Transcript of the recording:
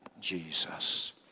Jesus